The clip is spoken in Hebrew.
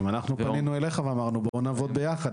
גם אנחנו פנינו אליך ואמרנו בואו נעבוד ביחד,